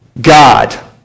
God